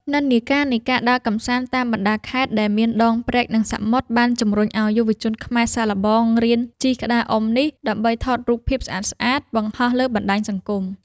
និន្នាការនៃការដើរកម្សាន្តតាមបណ្តាខេត្តដែលមានដងព្រែក និងសមុទ្រ បានជំរុញឱ្យយុវជនខ្មែរសាកល្បងរៀនជិះក្តារអុំនេះ ដើម្បីថតរូបភាពស្អាតៗបង្ហោះលើបណ្តាញសង្គម។